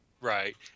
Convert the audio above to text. Right